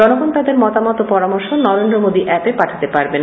জনগণ তাদের মতামত ও পরামর্শ নরেন্দ্র মোদী এপে পাঠাতে পারবেন